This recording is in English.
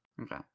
okay